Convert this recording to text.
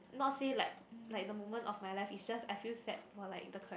nor say like like they moment of my life is just I feel sad for like the cha~